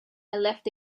left